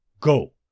go